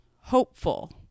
hopeful